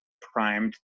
primed